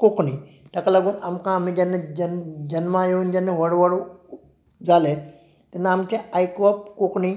कोंकणी ताका लागून आमकां आमी जेन्ना ज जन्मा येवन जेन्ना व्हड व्हड जाले तेन्ना आमचें आयकुवप कोंकणी